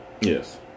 Yes